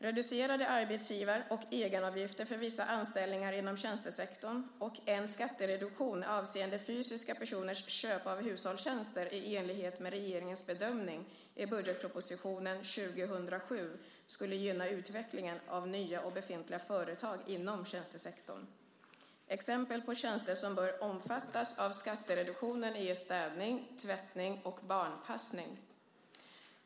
Reducerade arbetsgivar och egenavgifter för vissa anställningar inom tjänstesektorn och en skattereduktion avseende fysiska personers köp av hushållstjänster i enlighet med regeringens bedömning i budgetpropositionen 2007 skulle gynna utvecklingen av nya och befintliga företag inom tjänstesektorn. Exempel på tjänster som bör omfattas av skattereduktionen är städning, tvättning och barnpassning.